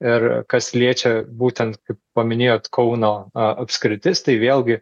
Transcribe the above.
ir kas liečia būtent kaip paminėjot kauno a apskritis tai vėlgi